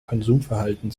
konsumverhalten